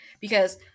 because-